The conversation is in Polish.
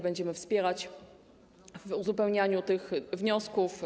Będziemy wspierać przy uzupełnianiu tych wniosków.